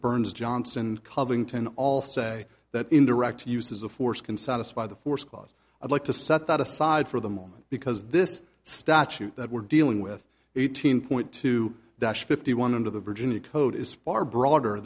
burns johnson covington all say that in direct uses of force can satisfy the force clause i'd like to set that aside for the moment because this statute that we're dealing with eighteen point two dash fifty one under the virginia code is far broader